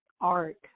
art